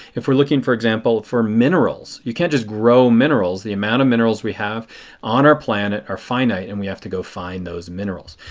if we are looking, for example, for minerals. you can not just grow minerals. the amount of minerals we have on our planet are finite and we have to go find those minerals.